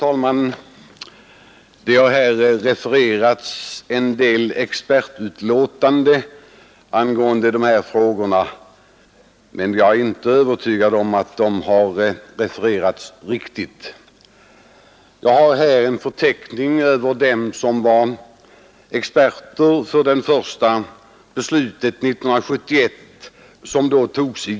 Herr talman! I debatten har en del expertutlåtanden refererats, men jag är inte övertygad om att de har refererats riktigt. Jag har här en förteckning över den expertgrupp som avgav en rapport för det första beslutet i giftnämnden 1971.